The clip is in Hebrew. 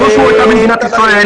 אני ראש מועצה במדינת ישראל.